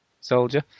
Soldier